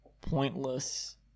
pointless